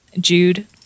Jude